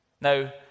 Now